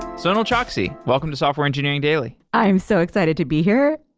sonal chokshi, welcome to software engineering daily i am so excited to be here,